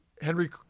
Henry